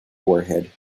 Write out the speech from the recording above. warhead